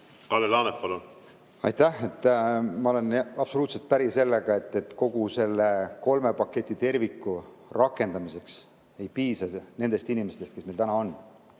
Kalle Laanet, palun! Aitäh! Ma olen absoluutselt päri sellega, et nende kolme paketi, selle terviku rakendamiseks ei piisa nendest inimestest, kes meil täna on.